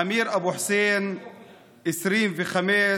אמיר אבו חוסיין, 25,